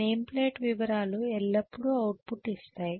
name plate వివరాలు ఎల్లప్పుడూ output ఇస్తాయి